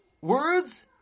words